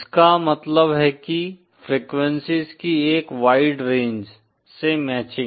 इसका मतलब है कि फ्रेक्वेंसीज़ की एक वाइड रेंज से मैचिंग